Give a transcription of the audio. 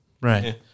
Right